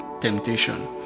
temptation